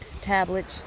tablets